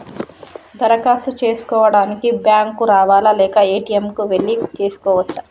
దరఖాస్తు చేసుకోవడానికి బ్యాంక్ కు రావాలా లేక ఏ.టి.ఎమ్ కు వెళ్లి చేసుకోవచ్చా?